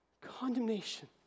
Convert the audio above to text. condemnation